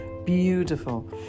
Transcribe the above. beautiful